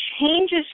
changes